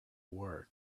word